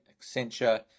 Accenture